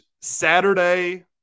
Saturday